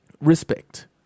Respect